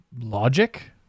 logic